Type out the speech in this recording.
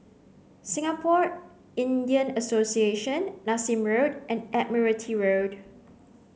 Singapore Indian Association Nassim Road and Admiralty Road